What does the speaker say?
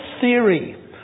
theory